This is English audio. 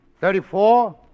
thirty-four